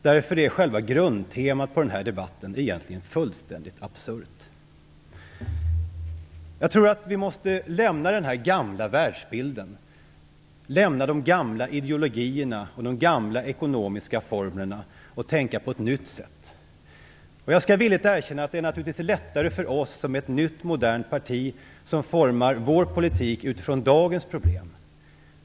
Därför är själva grundtemat för den här debatten egentligen fullständigt absurt. Jag tror att vi måste lämna den gamla världsbilden, de gamla ideologierna och de gamla ekonomiska formlerna och tänka på ett nytt sätt. Jag skall villigt erkänna att det naturligtvis är lättare för oss, som är ett nytt, modernt parti, som formar vår politik utifrån dagens problem.